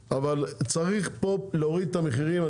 צריך להוריד פה את המחירים מידי,